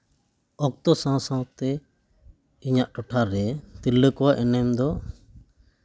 ᱚᱠᱛᱚ ᱥᱟᱶ ᱥᱟᱶᱛᱮ ᱤᱧᱟᱹᱜ ᱴᱚᱴᱷᱟᱨᱮ ᱛᱤᱨᱞᱟᱹ ᱠᱚᱣᱟᱜ ᱮᱱᱮᱢ ᱫᱚ